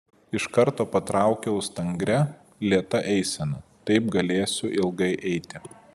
iš karto patraukiau stangria lėta eisena taip galėsiu ilgai eiti